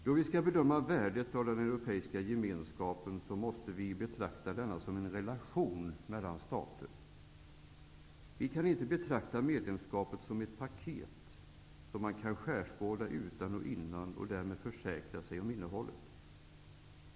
Då vi skall bedöma värdet av en europeiska gemenskapen måste vi betrakta denna som en relation mellan stater. Vi kan inte betrakta medlemskapet som ett ''paket'' som man kan skärskåda utan och innan och därmed försäkra sig om innehållet.